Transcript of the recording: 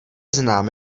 znám